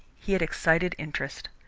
he had excited interest.